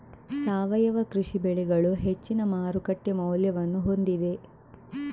ಸಾವಯವ ಕೃಷಿ ಬೆಳೆಗಳು ಹೆಚ್ಚಿನ ಮಾರುಕಟ್ಟೆ ಮೌಲ್ಯವನ್ನು ಹೊಂದಿದೆ